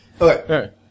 Okay